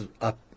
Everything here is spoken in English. up